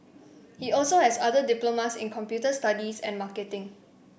he also has other diplomas in computer studies and marketing